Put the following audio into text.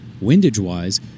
Windage-wise